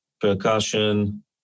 percussion